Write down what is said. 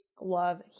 Love